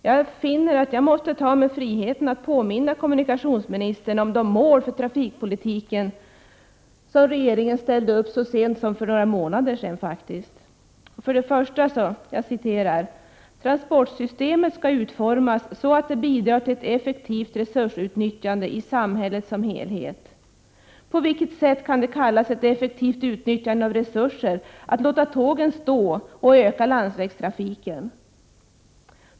Jag finner att jag måste ta mig friheten att påminna kommunikationsministern om de mål för trafikpolitiken som regeringen ställde upp så sent som för några månader sedan. För det första sägs det i de av regeringen fastställda målen för trafikpolitiken: ”Transportsystemet skall utformas så att det bidrar till ett effektivt resursutnyttjande i samhället som helhet.” På vilket sätt kan det kallas ett effektivt utnyttjande av resurser att låta tågen stå och i stället öka landsvägstrafiken?